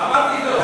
אמרתי לו.